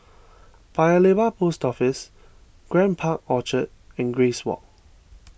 Paya Lebar Post Office Grand Park Orchard and Grace Walk